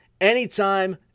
anytime